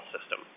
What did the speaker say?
system